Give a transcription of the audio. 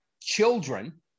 children